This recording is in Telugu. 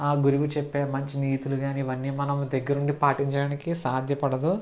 ఆ గురువు చెప్పే మంచి నీతులు కానీ ఇవన్నీ మనం దగ్గరుండీ పాటించడానికి సాధ్యపడదు